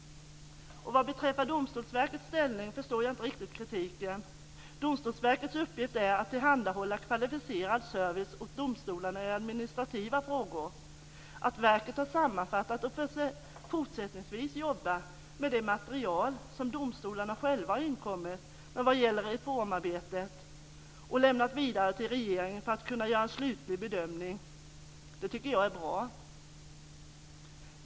Vad beträffar Domstolsverkets ställning förstår jag inte riktigt kritiken. Domstolsverkets uppgift är att tillhandahålla kvalificerad service åt domstolarna i administrativa frågor. Att verket har sammanfattat och fortsättningsvis jobbar med det material som domstolarna själva har inkommit med vad gäller reformarbetet och lämnat vidare till regeringen för att kunna göra en slutlig bedömning tycker jag är bra.